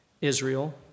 Israel